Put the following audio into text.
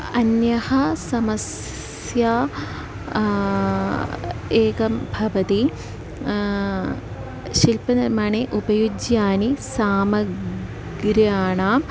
अन्या समस्या एका भवति शिल्पनिर्माणे उपयुक्तानि सामग्रीणां